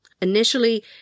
Initially